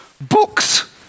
Books